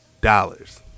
dollars